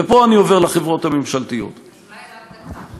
ופה אני עובר לחברות הממשלתיות, אולי רק דקה.